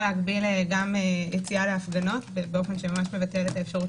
להגביל גם יציאה להפגנות באופן שממש מבטל את האפשרות